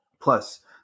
Plus